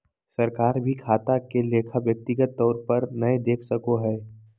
सरकार भी खाता के लेखा व्यक्तिगत तौर पर नय देख सको हय